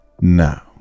now